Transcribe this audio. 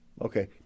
okay